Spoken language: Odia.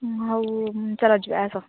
ହଉ ଚଲା ଯିବା ଆସ